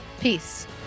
Peace